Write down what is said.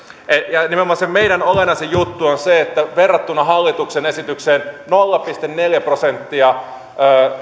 ja nimenomaan se meidän olennaisin juttu on se että verrattuna hallituksen esitykseen nolla pilkku neljä prosenttia